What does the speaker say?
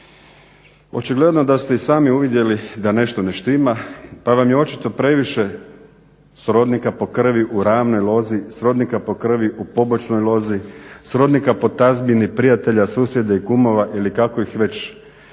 Očigledno da ste i sami uvidjeli da nešto ne štima pa vam je očito previše srodnika po krvi u ravnoj lozi, srodnika po krvi u pobočnoj lozi, srodnika po tazbini prijatelja, susjede i kumova ili kako ih već ne